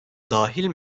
dahil